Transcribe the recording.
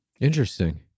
Interesting